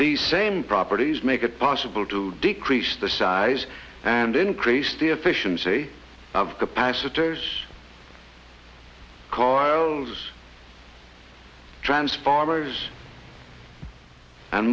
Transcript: the same properties make it possible to decrease the size and increase the efficiency of capacitors corals transformers